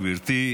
גברתי.